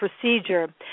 procedure